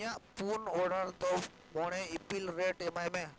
ᱤᱧᱟᱹᱜ ᱯᱩᱱ ᱳᱨᱟᱞ ᱫᱚ ᱢᱚᱬᱮ ᱤᱯᱤᱞ ᱨᱮᱹᱴ ᱮᱢᱟᱭ ᱢᱮ